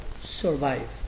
survive